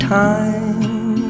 time